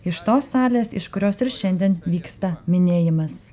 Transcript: iš tos salės iš kurios ir šiandien vyksta minėjimas